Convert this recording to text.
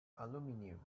aluminium